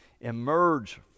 emerge